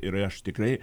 ir aš tikrai